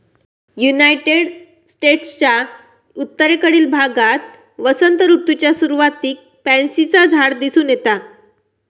United स्टेट्सच्या उत्तरेकडील भागात वसंत ऋतूच्या सुरुवातीक पॅन्सीचा झाड दिसून येता